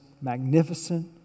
magnificent